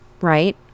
right